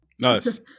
Nice